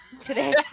today